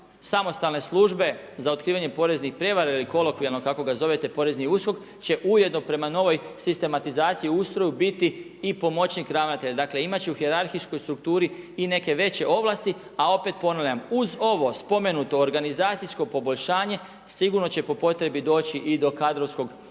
samostalne službe za otkrivanje poreznih prijevara ili kolokvijalno kako ga zovete porezni USKOK će ujedno prema novoj sistematizaciji i ustroju biti i pomoćnik ravnatelja. Dakle imate će u hijerarhijskoj strukturi i neke veće ovlasti, a opet ponavljam uz ovo spomenuto organizacijsko poboljšanje sigurno će po potrebi doći i do kadrovskog